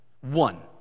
One